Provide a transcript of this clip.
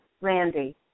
Randy